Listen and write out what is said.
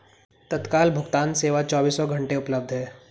तत्काल भुगतान सेवा चोबीसों घंटे उपलब्ध है